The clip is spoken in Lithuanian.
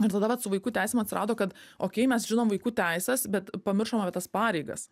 ir tada vat su vaikų teisėm atrado kad okei mes žinom vaikų teises bet pamiršome tas pareigas